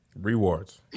Rewards